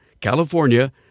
California